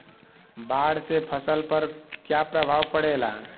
बाढ़ से फसल पर क्या प्रभाव पड़ेला?